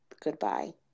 Goodbye